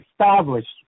established